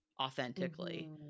authentically